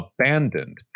abandoned